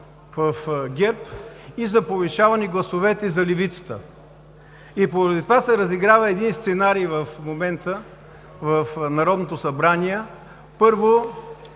в ГЕРБ и за повишаване на гласовете за левицата, а поради това се разиграва едни сценарий в момента в Народното събрание. Първо,